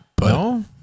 No